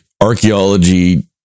archaeology